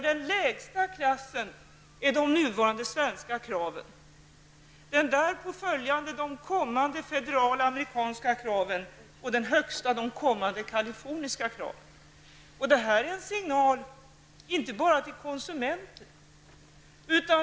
Den lägsta klassen motsvarar de nuvarande svenska kraven. Den därpå följande klassen motsvarar de kommande federala amerikanska kraven, och den högsta de kommande kaliforniska kraven. Detta är en signal som inte bara går ut till konsumenter.